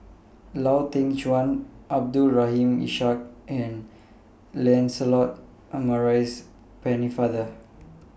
Lau Teng Chuan Abdul Rahim Ishak and Lancelot Maurice Pennefather